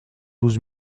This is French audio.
douze